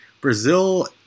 Brazil